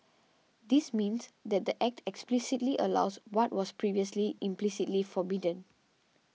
this means that the Act explicitly allows what was previously implicitly forbidden